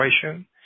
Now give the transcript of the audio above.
situation